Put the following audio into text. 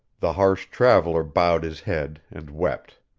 the harsh traveller bowed his head and wept.